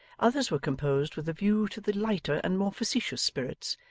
others were composed with a view to the lighter and more facetious spirits,